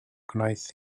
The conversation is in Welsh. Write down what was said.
gwnaeth